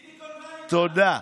תגיד, תודה.